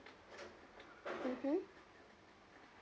mmhmm